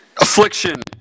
affliction